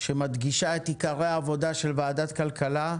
שמדגישה את עיקרי העבודה של ועדת הכלכלה,